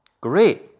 Great